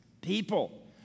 people